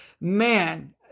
man